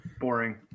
Boring